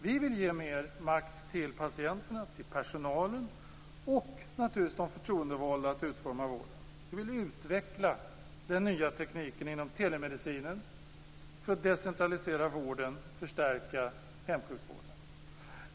Vi vill ge mer makt till patienterna, till personalen och till de förtroendevalda att utforma vården. Vi vill utveckla den nya tekniken inom telemedicinen för att decentralisera vården och förstärka hemsjukvården.